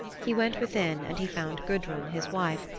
he went within, and he found gudrun, his wife,